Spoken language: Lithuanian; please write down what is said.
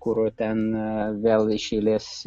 kur ten vėl iš eilės